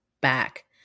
back